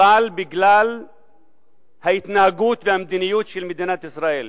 אבל בגלל ההתנהגות והמדיניות של מדינת ישראל.